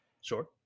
Sure